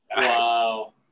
Wow